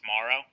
tomorrow